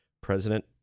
president